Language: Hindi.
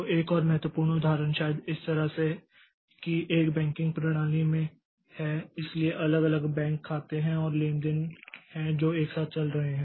तो एक और महत्वपूर्ण उदाहरण शायद इस तरह से कि एक बैंकिंग प्रणाली में हैं इसलिए अलग अलग बैंक खाते हैं और लेनदेन हैं जो एक साथ चल रहे हैं